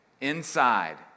inside